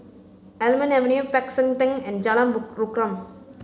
Almond Avenue Peck San Theng and Jalan Rukam